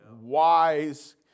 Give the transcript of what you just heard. wise